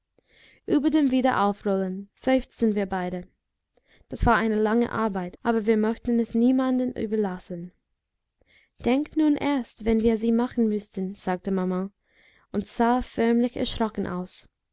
über dem wiederaufrollen seufzten wir beide das war eine lange arbeit aber wir mochten es niemandem überlassen denk nun erst wenn wir sie machen müßten sagte maman und sah förmlich erschrocken aus